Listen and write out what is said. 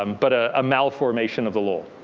um but ah a malformation of the law.